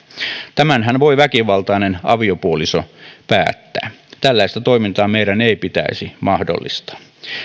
tämänhän voi väkivaltainen aviopuoliso päättää tällaista toimintaa meidän ei pitäisi mahdollistaa